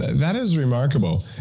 that is remarkable.